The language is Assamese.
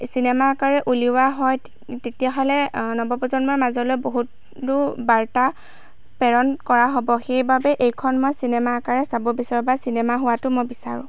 চিনেমা আকাৰে উলিওৱা হয় তেতিয়াহলে নৱপ্ৰজন্মৰ মাজলৈ বহুতো বাৰ্তা প্ৰেৰণ কৰা হ'ব সেইবাবে এইখন মই চিনেমা আকাৰে চাব বিচাৰোঁ বা চিনেমা হোৱাতো মই বিচাৰোঁ